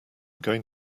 going